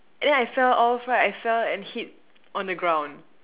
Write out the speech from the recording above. and then I fell off right I fell and hit on the ground